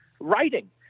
writing